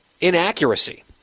inaccuracy